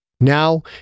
Now